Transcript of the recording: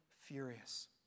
furious